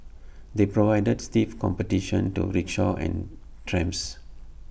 they provided stiff competition to rickshaws and trams